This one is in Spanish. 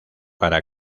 para